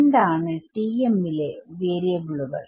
എന്താണ് ™ ലെ വാരിയബിളുകൾ